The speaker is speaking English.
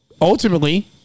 ultimately